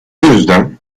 yüzden